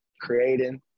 creating